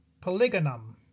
Polygonum